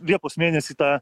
liepos mėnesį tą